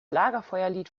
lagerfeuerlied